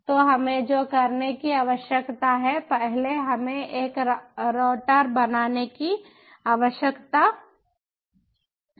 तो हमें जो करने की आवश्यकता है पहले हमें एक राउटर बनाने की आवश्यकता है